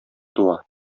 туа